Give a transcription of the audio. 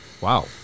wow